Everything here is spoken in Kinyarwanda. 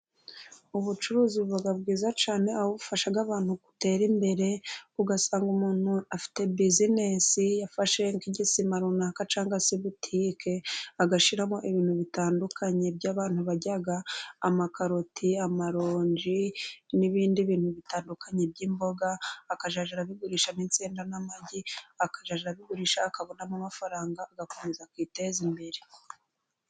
Ubucuruzi buba bwiza cyane, aho bufasha abantu gutera imbere, ugasanga umuntu afite buzinesi, yafashe nk'igisima runaka cyangwa se butike, agashyiramo ibintu bitandukanye by'abantu barya amakaroti, amaronji n'ibindi bintu bitandukanye by'imboga, akazajya abigurisha nk'insenda n'amagi, akajya abigurisha akabonamo amafaranga, agakomeza akiteza imbere.